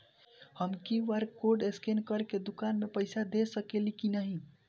हम QR code scan करके दुकान में पईसा दे सकेला की नाहीं?